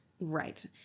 Right